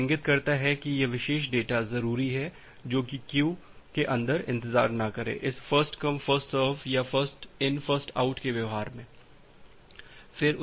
यह इंगित करता है कि यह विशेष डेटा जरूरी है जो कि क्यु के अंदर इंतजार न करे इस फर्स्ट कम फर्स्ट सर्व या फ़र्स्ट इन फ़र्स्ट आउट के व्यवहार में